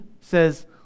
says